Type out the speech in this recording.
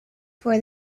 for